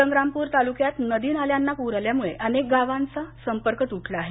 संग्रामपूर तालुक्यात नदी नाल्यांना पूर आल्यामुळे अनेक गावांचा संपर्क तुटला आहे